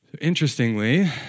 Interestingly